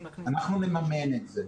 אנחנו נממן את זה,